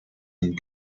and